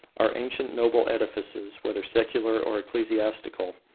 our ancient noble edifices, whether secular or ecclesiastical,